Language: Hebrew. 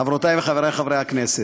חברותי וחברי חברי הכנסת,